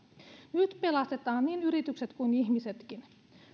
nyt pelastetaan niin yritykset kuin ihmisetkin